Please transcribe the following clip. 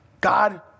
God